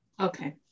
Okay